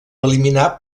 eliminar